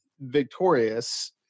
victorious